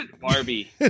Barbie